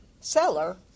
seller